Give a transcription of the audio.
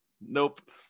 Nope